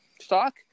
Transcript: stock